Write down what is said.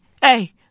hey